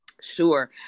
Sure